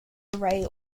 array